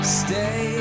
stay